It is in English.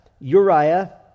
Uriah